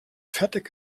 fertig